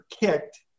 kicked